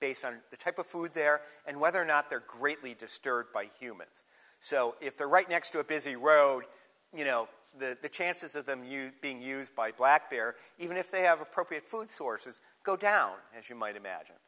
based on the type of food there and whether or not they're greatly disturbed by humans so if they're right next to a busy road you know the chances of them you being used by black bear even if they have appropriate food sources go down as you might imagine